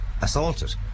assaulted